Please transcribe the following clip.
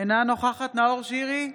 אינה נוכחת נאור שירי,